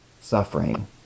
suffering